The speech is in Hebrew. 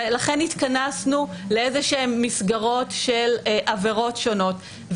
לכן התכנסנו לאיזה מסגרות של עבירות שונות,